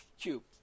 cube